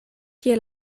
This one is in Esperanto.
kie